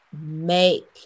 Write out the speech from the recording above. make